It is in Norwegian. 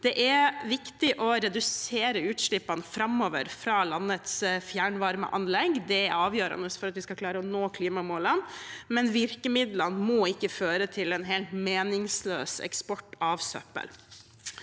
Det er viktig å redusere utslippene framover fra landets fjernvarmeanlegg. Det er avgjørende for at vi skal klare å nå klimamålene. Men virkemidlene må ikke føre til en helt meningsløs eksport av søppel.